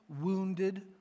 wounded